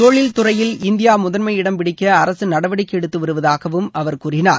தொழில்துறையில் இந்தியா முதன்மை இடம் பிடிக்க அரசு நடவடிக்கை எடுத்து வருவதாகவும் அவர் கூறினார்